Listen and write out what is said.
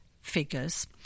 figures